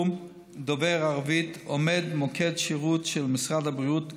דובר הערבית עומד מוקד שירות של משרד הבריאות,